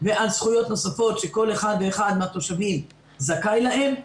ועל זכויות נוספות שכל אחד ואחד מן התושבים זכאי להן.